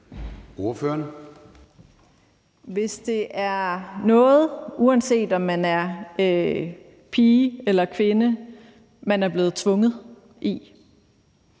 Hvis det er noget, man – uanset om man er pige eller kvinde – er blevet tvunget i,